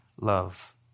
love